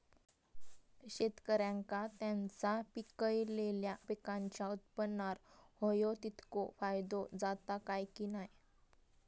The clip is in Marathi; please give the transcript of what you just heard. शेतकऱ्यांका त्यांचा पिकयलेल्या पीकांच्या उत्पन्नार होयो तितको फायदो जाता काय की नाय?